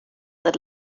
that